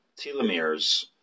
telomeres